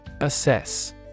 Assess